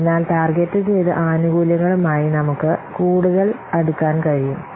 അതിനാൽ ടാർഗെറ്റു ചെയ്ത ആനുകൂല്യങ്ങളുമായി നമുക്ക് കൂടുതൽ അടുക്കാൻ കഴിയും